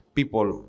people